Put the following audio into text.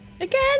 Again